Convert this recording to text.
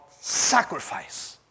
sacrifice